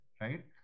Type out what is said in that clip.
right